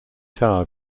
tower